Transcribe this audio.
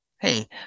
hey